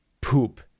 poop